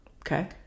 Okay